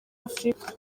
afurika